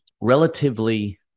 relatively